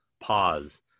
pause